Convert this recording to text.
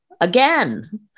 Again